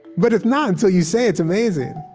but it's not, until you say it's amazing